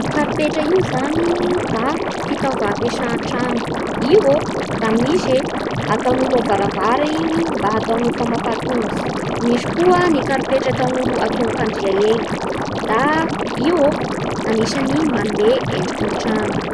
Ny karipetra io zany da fitaova ampiesa antrano. Iô da misy e ataon'olo amin'ny varavara mba hataon'olo famafa tongotsy. Misy koa ny karipetra ataon'olo amin'ny tongo-panadria eny, da io anisany manome endriky ny trano